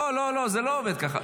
לא, זה לא עובד ככה.